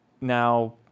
now